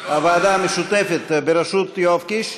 הוועדה המשותפת בראשות יואב קיש,